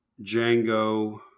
Django